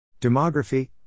Demography